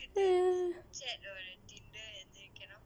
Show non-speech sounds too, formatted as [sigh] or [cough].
[noise]